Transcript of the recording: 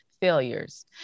Failures